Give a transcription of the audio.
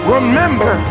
Remember